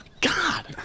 God